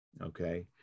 Okay